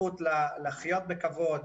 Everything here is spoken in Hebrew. הזכות לחיות לכבוד,